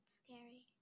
scary